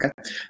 Okay